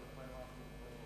כנסת נכבדה,